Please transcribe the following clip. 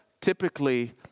typically